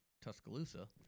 Tuscaloosa